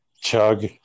chug